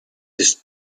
ist